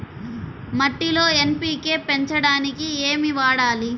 మట్టిలో ఎన్.పీ.కే పెంచడానికి ఏమి వాడాలి?